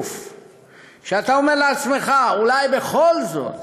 שאתה אומר לעצמך: אולי בכל זאת